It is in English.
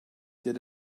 did